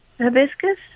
hibiscus